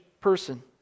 person